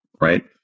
Right